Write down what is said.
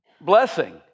blessing